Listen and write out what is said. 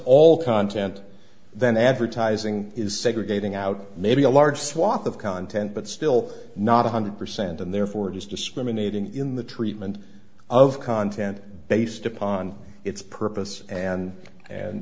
all content then advertising is segregating out maybe a large swath of content but still not one hundred percent and therefore it is discriminating in the treatment of content based upon its purpose and and